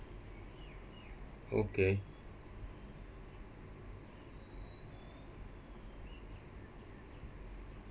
okay